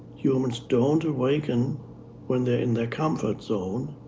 humans don't awaken when they're in their comfort zone.